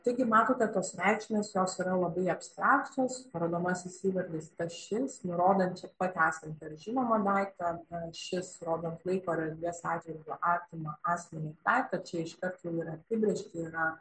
taigi matote tos reikšmės jos yra labai abstrakčios parodomasis įvardis tas šis nurodant čia pat esantį ar žinomą daiktą šis rodant laiką ar erdvės atžvilgiu artimą asmeniui daiktą čia iškart ir apibrėžty yra